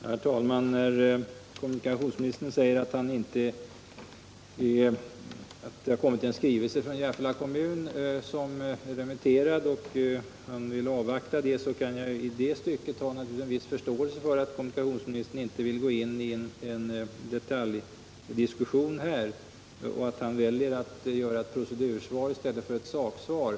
Herr talman! När kommunikationsministern säger att det har kommit en skrivelse från Järfälla kommun som är remitterad och att han vill avvakta remissvaret kan jag naturligtvis i det stycket ha en viss förståelse för att han inte vill gå in i en detaljdiskussion och för att han väljer att ge ett procedursvar i stället för ett saksvar.